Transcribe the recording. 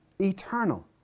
eternal